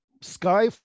sky